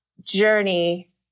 journey